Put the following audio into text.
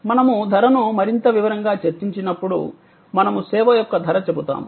మనము ధరను మరింత వివరంగా చర్చించినప్పుడు మనము సేవ యొక్క ధర చెబుతాము